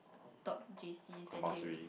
top J_Cs then they'll